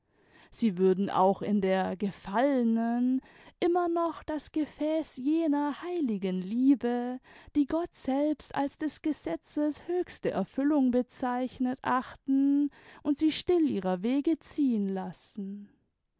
sie würden auch in der gefallenen immer noch das gefäß jener heiligen liebe die gott selbst als des gesetzes höchste erfüllung bezeichnet achten und sie still ihrer wege ziehen lassen